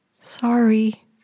Sorry